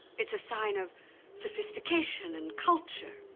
it's a sign of sophistication and culture.